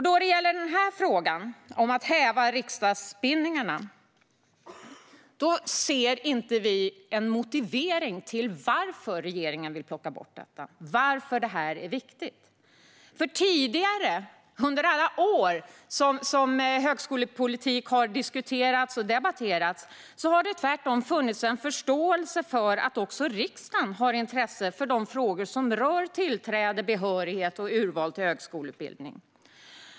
Då det gäller frågan om att häva riksdagsbindningarna ser vi inte någon motivering till varför regeringen vill plocka bort detta eller varför detta är viktigt. Tidigare, under alla år som högskolepolitik har diskuterats och debatterats, har det tvärtom funnits en förståelse för att också riksdagen har intresse för frågor som rör tillträde, behörighet och urval till högskoleutbildning.